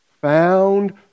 found